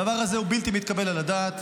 הדבר הזה הוא בלתי מתקבל על הדעת,